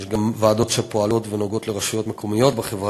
יש גם ועדות שפועלות ונוגעות לרשויות מקומיות בחברה